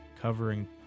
covering